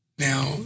Now